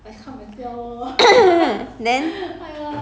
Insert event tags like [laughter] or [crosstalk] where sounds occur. [laughs]